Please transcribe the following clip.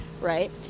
Right